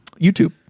youtube